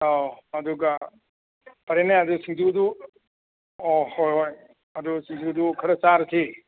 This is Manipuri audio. ꯑꯗꯨꯒ ꯐꯔꯦꯅꯦ ꯑꯗꯨ ꯁꯤꯡꯖꯨꯗꯨ ꯑꯣ ꯍꯣꯏ ꯍꯣꯏ ꯑꯗꯨ ꯁꯤꯡꯖꯨꯗꯨ ꯈꯔ ꯆꯥꯔꯁꯤ